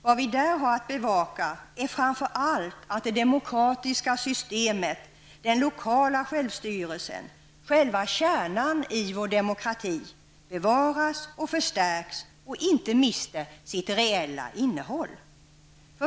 Vad vi har att bevaka är framför allt att det demokratiska systemet -- den lokala självstyrelsen, själva kärnan i vår demokrati -- bevaras och förstärks och inte mister sitt reella innehåll.